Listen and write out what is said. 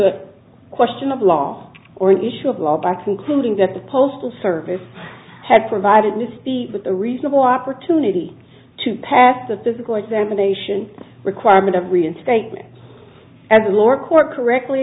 a question of law or an issue of law by concluding that the postal service had provided miss the with a reasonable opportunity to pass the physical examination requirement of reinstatement as a lower court correctly